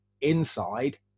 inside